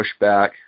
pushback